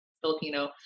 Filipino